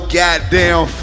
goddamn